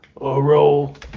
A-roll